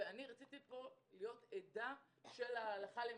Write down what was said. ואני רציתי להיות עדה של ההלכה למעשה.